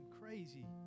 crazy